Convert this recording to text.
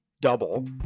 double